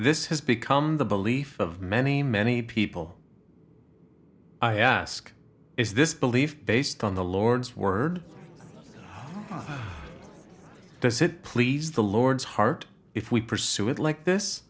this has become the belief of many many people i ask is this belief based on the lord's word does it please the lord's heart if we pursue it like this